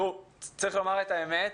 צריך לומר את האמת,